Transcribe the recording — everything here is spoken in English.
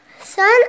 Son